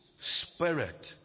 Spirit